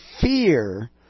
fear